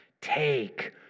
Take